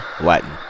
Latin